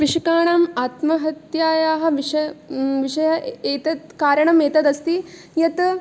कृषकाणाम् आत्महत्यायाः विष् विषये एतद् कारणम् एतद् अस्ति यत्